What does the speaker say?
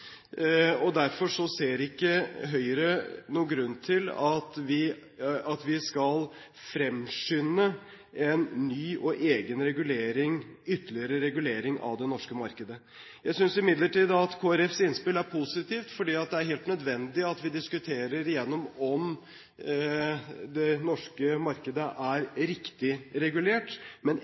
tilsyn. Derfor ser ikke Høyre noen grunn til at vi skal fremskynde en ny og ytterligere regulering av det norske markedet. Jeg synes imidlertid at Kristelig Folkepartis innspill er positivt fordi det er helt nødvendig at vi diskuterer igjennom om det norske markedet er riktig regulert. Men